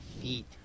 feet